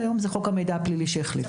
כיום זה חוק המידע הפלילי שהחליף.